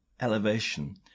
elevation